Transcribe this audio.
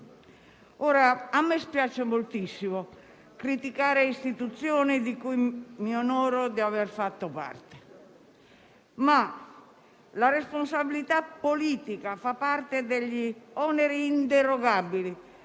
A me spiace moltissimo criticare istituzioni delle quali mi onoro di aver fatto parte, ma la responsabilità politica fa parte degli oneri inderogabili